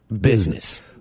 business